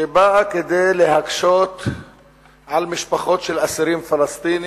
שבאה להקשות על משפחות של אסירים פלסטינים,